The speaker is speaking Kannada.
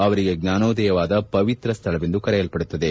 ಅವರಿಗೆ ಜ್ವಾನೋದಯವಾದ ಪವಿತ್ರ ಸ್ವಳವೆಂದು ಕರೆಯಲ್ಪಡುತ್ತದೆ